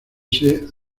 ese